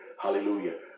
Hallelujah